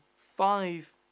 five